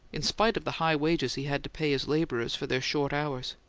in spite of the high wages he had to pay his labourers for their short hours.